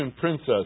princess